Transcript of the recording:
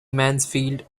mansfield